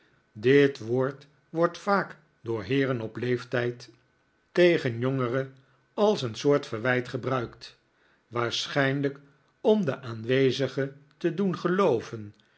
dit woord wordt vaak door heeren op leeftijd tegen jongere als een soort verwijt gebruikt waarschijnlijk om de aanwezigen te doen gelooven